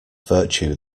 virtue